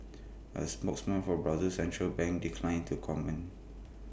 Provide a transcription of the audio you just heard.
A spokesman for Brazil's central bank declined to comment